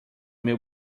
meu